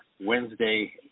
Wednesday